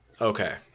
Okay